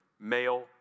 male